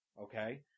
okay